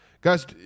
Guys